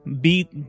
beat